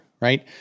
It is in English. right